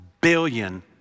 billion